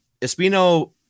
Espino